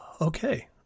Okay